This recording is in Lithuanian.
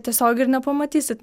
tiesiog ir nepamatysit